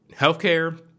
healthcare